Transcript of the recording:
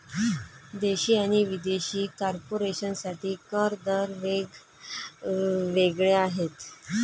देशी आणि विदेशी कॉर्पोरेशन साठी कर दर वेग वेगळे आहेत